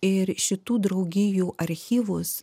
ir šitų draugijų archyvus